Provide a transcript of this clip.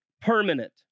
permanent